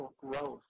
growth